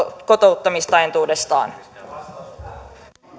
kotouttamista entuudestaan